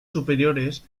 superiores